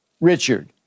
Richard